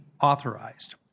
authorized